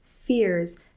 fears